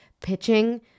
pitching